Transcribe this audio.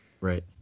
Right